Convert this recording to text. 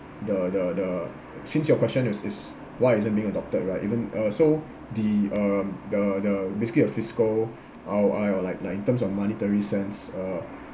the the the since your question is is why isn't being adopted right even uh so the uh the the basically a fiscal R_O_I or like like in terms of monetary sense uh